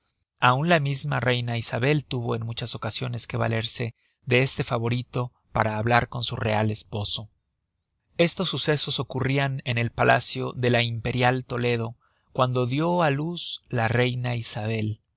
aun la misma reina isabel tuvo en muchas ocasiones que valerse de este favorito para hablar con su real esposo estos sucesos ocurrian en el palacio de la imperial toledo cuando dió á luz la reina isabel